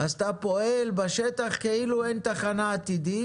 אז אתה פועל בשטח כאילו אין תחנה עתידית